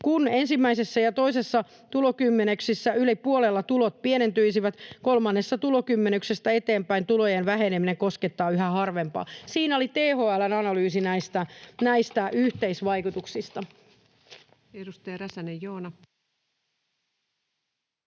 Kun ensimmäisessä ja toisessa tulokymmenyksessä yli puolella tulot pienentyisivät, kolmannesta tulokymmenyksestä eteenpäin tulojen väheneminen koskettaa yhä harvempaa.” Siinä oli THL:n analyysi näistä yhteisvaikutuksista.